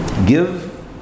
Give